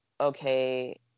okay